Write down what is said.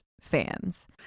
fans